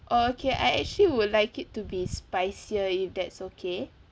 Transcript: oh okay I actually would like it to be spicier if that's okay